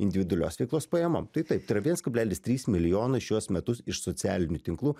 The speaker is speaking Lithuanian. individualios veiklos pajamom tai taip tai yra vienas kablelis trys milijonai šiuos metus iš socialinių tinklų